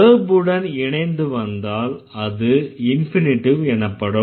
verb உடன் இணைந்து வந்தால் அது இன்ஃபினிட்டிவ் எனப்படும்